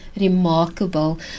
remarkable